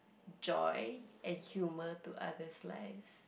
joy and humour to other's lives